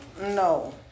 no